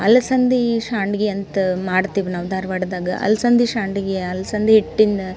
ಅಲಸಂದೆ ಸಂಡ್ಗಿ ಅಂತ ಮಾಡ್ತೀವಿ ನಾವು ಧಾರ್ವಾಡ್ದಾಗ ಅಲಸಂದಿ ಸಂಡ್ಗಿ ಅಲಸಂದಿ ಹಿಟ್ಟಿನ